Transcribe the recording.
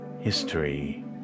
history